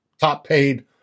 top-paid